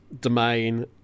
domain